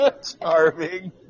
Starving